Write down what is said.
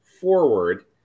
forward